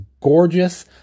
gorgeous